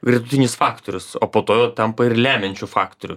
gretutinis faktorius o po to tampa ir lemiančiu faktoriu